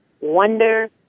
wonder